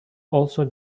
also